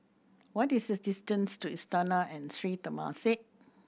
what is the distance to Istana and Sri Temasek